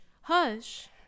hush